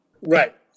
Right